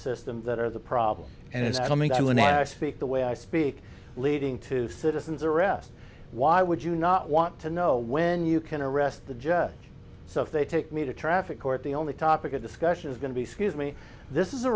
system that are the problem and it's coming the way i speak leading to citizen's arrest why would you not want to know when you can arrest the judge so if they take me to traffic court the only topic of discussion is going to be scuse me this is a